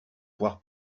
poire